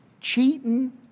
cheating